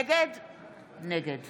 נגד